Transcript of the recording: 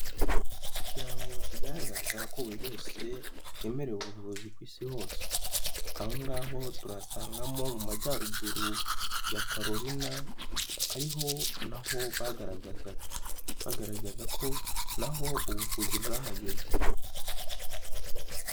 Ikirango kigaragaza ko buri wese yemerewe ubuvuzi ku isi hose. Aho ngaho turahasangamo mu majyaruguru ya Karolina ariho naho bagaragazaga, bagaragaza ko naho ubuvuzi bwahageze.